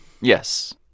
Yes